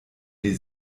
die